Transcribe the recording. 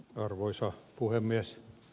arvoisa puhemies